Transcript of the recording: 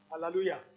Hallelujah